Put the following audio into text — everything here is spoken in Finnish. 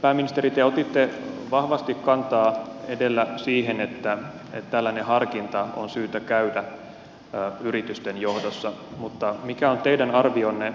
pääministeri te otitte vahvasti kantaa edellä siihen että tällainen harkinta on syytä käydä yritysten johdossa mutta mikä on teidän arvionne